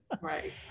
Right